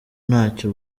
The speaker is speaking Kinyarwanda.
ntacyo